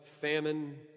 famine